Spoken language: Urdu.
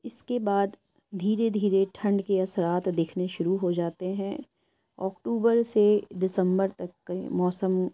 اس کے بعد دھیرے دھیرے ٹھنڈ کے اثرات دکھنے شروع ہو جاتے ہیں اکٹوبر سے دسمبر تک کے موسم